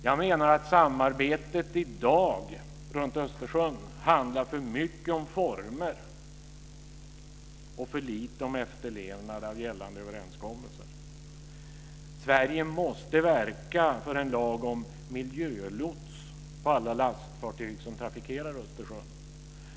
Jag menar att samarbetet runt Östersjön i dag för mycket handlar om former och för lite om efterlevnad av gällande överenskommelser. Sverige måste verka för en lag om miljölots på alla lastfartyg som trafikerar Östersjön.